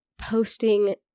posting